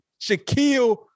Shaquille